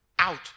out